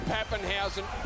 Pappenhausen